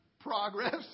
progress